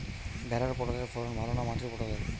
ভেরার পটলের ফলন ভালো না মাটির পটলের?